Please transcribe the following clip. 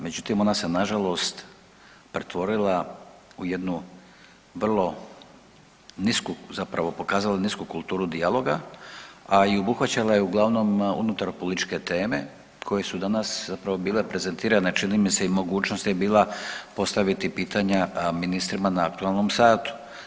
Međutim ona se nažalost pretvorila u jednu vrlo nisku zapravo pokazala nisku kulturu dijaloga, a i obuhvaćala je uglavnom unutar političke teme koje su danas zapravo bile prezentirane čini i mogućnost je bila postaviti pitanja ministrima na aktualnom satu.